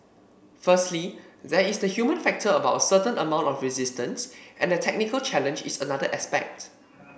firstly there is the human factor about a certain amount of resistance and the technical challenge is another aspect